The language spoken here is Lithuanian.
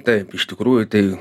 taip iš tikrųjų tai